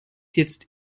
jetzt